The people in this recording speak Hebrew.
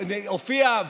הופיעה,